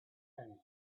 time